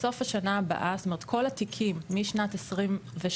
בסוף השנה הבאה, זאת אומרת, כל התיקים משנת 2023,